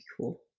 cool